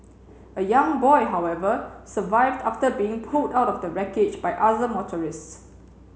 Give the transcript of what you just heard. a young boy however survived after being pulled out of the wreckage by other motorists